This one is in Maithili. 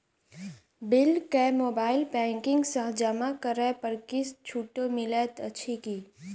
बिल केँ मोबाइल बैंकिंग सँ जमा करै पर किछ छुटो मिलैत अछि की?